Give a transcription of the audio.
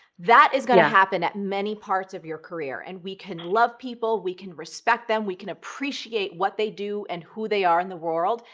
that is gonna happen at many parts of your career and we can love people, we can respect them, we can appreciate what they do and who they are in the world,